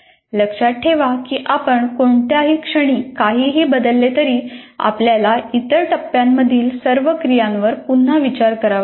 लक्षात ठेवा की आपण कोणत्याही क्षणी काहीही बदलले तरी आपल्याला इतर टप्प्यांमधील सर्व क्रियांवर पुन्हा विचार करावा लागेल